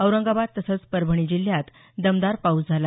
औरंगाबाद तसंच परभणी जिल्ह्यात दमदार पाऊस झाला